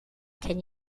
can